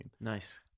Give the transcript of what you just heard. nice